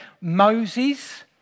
Moses